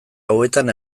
hauetan